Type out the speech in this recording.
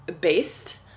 based